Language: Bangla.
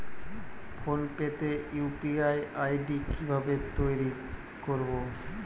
ফোন পে তে ইউ.পি.আই আই.ডি কি ভাবে তৈরি করবো?